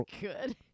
good